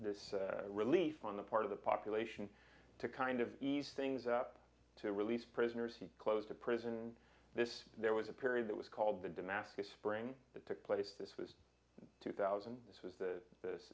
this this relief on the part of the population to kind of ease things up to release prisoners he closed the prison this there was a period that was called the damascus spring that took place this was two thousand this was the this